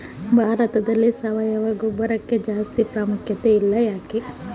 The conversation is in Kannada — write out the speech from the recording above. ಭಾರತದಲ್ಲಿ ಸಾವಯವ ಗೊಬ್ಬರಕ್ಕೆ ಜಾಸ್ತಿ ಪ್ರಾಮುಖ್ಯತೆ ಇಲ್ಲ ಯಾಕೆ?